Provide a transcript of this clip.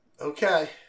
okay